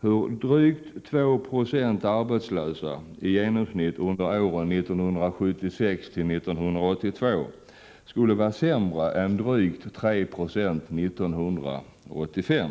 hur drygt 220 arbetslösa i genomsnitt 1976-1982, skulle vara sämre än drygt 3 90 1985.